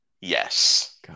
yes